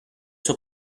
suo